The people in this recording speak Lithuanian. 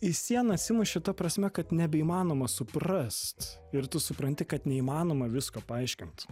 į sieną atsimuši ta prasme kad nebeįmanoma suprast ir tu supranti kad neįmanoma visko paaiškint